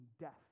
death